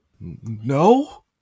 No